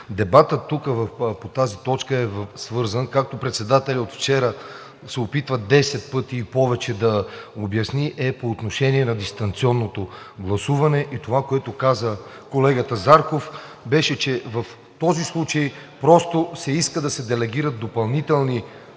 Дебатът тук по тази точка, както председателят от вчера се опитва десет пъти и повече да обясни, е по отношение на дистанционното гласуване. Това, което каза колегата Зарков, беше, че в този случай просто се иска да се делегират допълнителни права